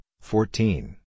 fourteen